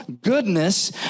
goodness